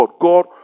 God